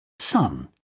Sun